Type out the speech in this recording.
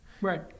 Right